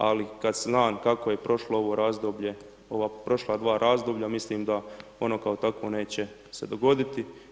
Ali kad znam kako je prošlo ovo razdoblje, ova prošla dva razdoblja, mislim da ono kao takvo neće se dogoditi.